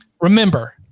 remember